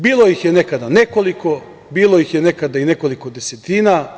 Bilo ih je nekada nekoliko, bilo ih je nekada i nekoliko desetina.